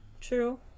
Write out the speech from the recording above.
True